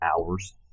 hours